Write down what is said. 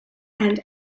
and